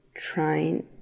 trying